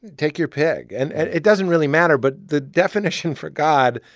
take your pick and it doesn't really matter, but the definition for god,